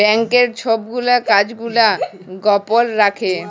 ব্যাংকের ছব গুলা কাজ গুলা গপল রাখ্যে